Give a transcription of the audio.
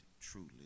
truly